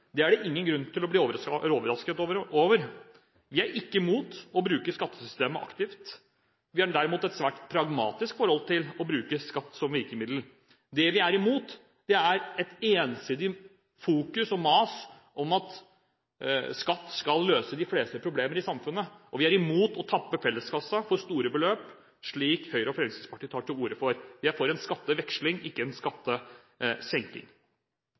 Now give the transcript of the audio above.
Det er det ingen grunn til å bli overrasket over. Vi er ikke mot å bruke skattesystemet aktivt, vi har derimot et svært pragmatisk forhold til å bruke skatt som virkemiddel. Det vi er mot, er et ensidig fokus på og mas om at skatt skal løse de fleste problemer i samfunnet, og vi er mot å tappe felleskassen for store beløp, slik som Høyre og Fremskrittspartiet tar til orde for. Vi er for en skatteveksling, ikke en skattesenking.